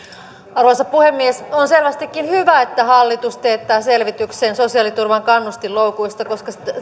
arvoisa puhemies on selvästikin hyvä että hallitus teettää selvityksen sosiaaliturvan kannustinloukuista koska